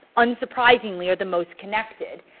unsurprisingly are the most connected.